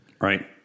Right